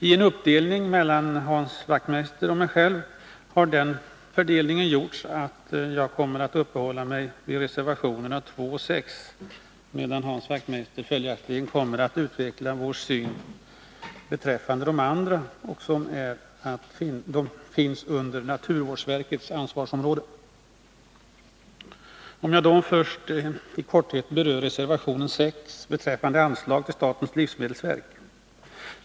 I en uppdelning mellan Hans Wachtmeister och mig själv har den fördelningen gjorts, att jag kommer att uppehålla mig vid reservationerna 2 och 6, medan Hans Wachtmeister följaktligen kommer att utveckla vår syn beträffande de andra reservationerna, som gäller naturvårdsverkets ansvarsområde. Jag vill först i korthet beröra reservationen 6 beträffande anslag till statens livsmedelsverk.